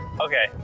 Okay